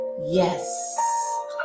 yes